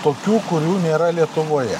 tokių kurių nėra lietuvoje